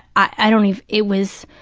i don't even, it was